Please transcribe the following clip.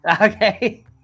okay